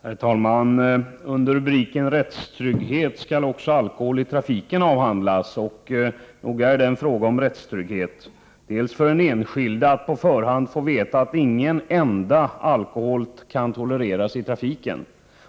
Herr talman! Under rubriken Rättstrygghet skall också alkohol i trafiken avhandlas, och nog är det en fråga om rättstrygghet. Dels skulle det vara en trygghet för den enskilde att på förhand få veta att ingen användning av alkohol tolereras i trafiken.